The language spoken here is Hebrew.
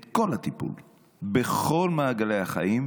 את כל הטיפול בכל מעגלי החיים,